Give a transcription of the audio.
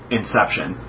Inception